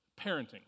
parenting